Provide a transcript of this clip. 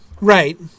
Right